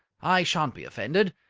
i shan't be offended.